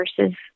versus